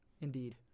Indeed